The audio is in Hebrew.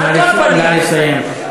נא לסיים.